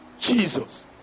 Jesus